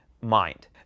mind